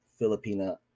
filipina